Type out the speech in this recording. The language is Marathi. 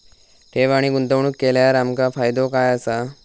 ठेव आणि गुंतवणूक केल्यार आमका फायदो काय आसा?